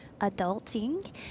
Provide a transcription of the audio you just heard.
adulting